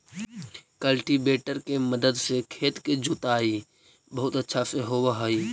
cultivator के मदद से खेत के जोताई बहुत अच्छा से होवऽ हई